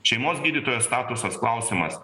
šeimos gydytojo statusas klausimas